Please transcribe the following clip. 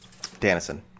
Danison